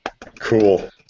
Cool